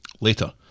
Later